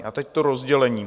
A teď to rozdělení.